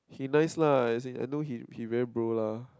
he nice lah as in I know he he very bro lah